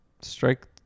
strike